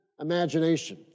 imagination